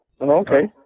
Okay